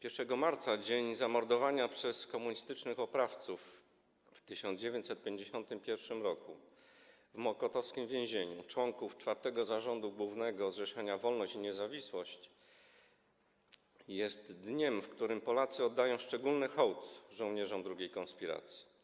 1 marca, dzień zamordowania przez komunistycznych oprawców w 1951 r. w mokotowskim więzieniu członków IV Zarządu Głównego Zrzeszenia Wolność i Niezawisłość, jest dniem, w którym Polacy oddają szczególny hołd żołnierzom drugiej konspiracji.